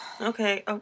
Okay